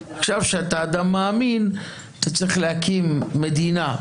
עכשיו, כשאתה אדם מאמין, אתה צריך להקים מדינה.